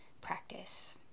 practice